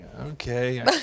okay